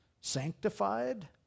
Sanctified